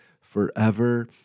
forever